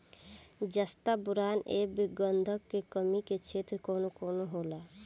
जस्ता बोरान ऐब गंधक के कमी के क्षेत्र कौन कौनहोला?